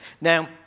Now